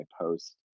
post